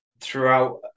throughout